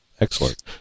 Excellent